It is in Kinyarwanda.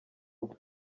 rwe